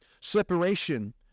Separation